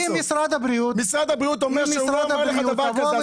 משרד הבריאות אומר שהוא לא אמר לך דבר כזה.